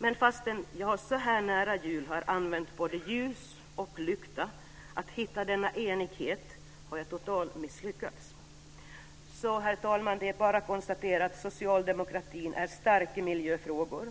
Men fastän jag så här inför julen har använt både ljus och lykta för att hitta denna enighet har jag totalt misslyckats. Det är bara att konstatera, herr talman, att socialdemokratin är stark i miljöfrågor.